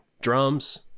drums